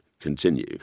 continue